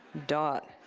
dot.